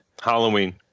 Halloween